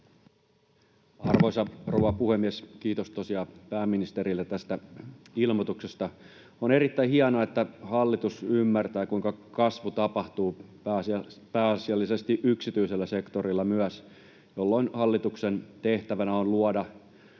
Arvoisa rouva puhemies! Kiitos tosiaan pääministerille tästä ilmoituksesta. On erittäin hienoa, että hallitus ymmärtää, kuinka kasvu tapahtuu pääasiallisesti yksityisellä sektorilla, jolloin hallituksen tehtävänä on luoda